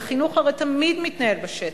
וחינוך הרי תמיד מתנהל בשטח,